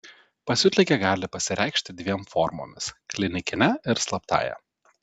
pasiutligė gali pasireikšti dviem formomis klinikine ir slaptąja